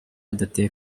bidateye